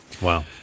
Wow